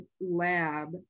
lab